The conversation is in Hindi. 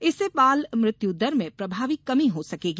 इससे बाल मृत्यु दर में प्रभावी कमी हो सकेगी